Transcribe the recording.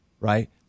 right